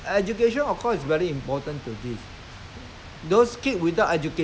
then a lot of thing a lot of knowledge they don't have they cannot gain gain the knowledge